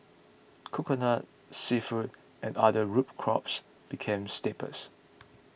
Coconut Seafood and other root crops became staples